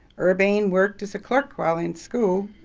urbane worked as a clerk while in school.